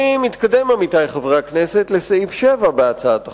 אני מתקדם, עמיתי חברי הכנסת, לסעיף 7 בהצעת החוק.